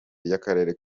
ry’akarere